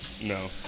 No